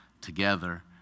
together